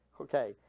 Okay